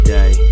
Day